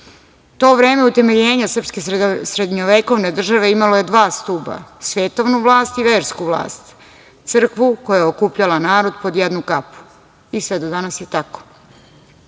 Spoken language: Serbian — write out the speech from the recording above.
To vreme utemeljenja srpske srednjovekovne države imalo je dva stuba - svetovnu vlast i versku vlast, crkvu koja je okupljala narod pod jednu kapu i sve do danas je